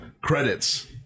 credits